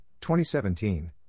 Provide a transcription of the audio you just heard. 2017